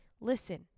Listen